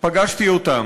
פגשתי אותם.